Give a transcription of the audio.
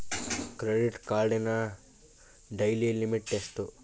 Credit ಕಾರ್ಡಿನ daily limit ಎಷ್ಟು?